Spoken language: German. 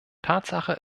tatsache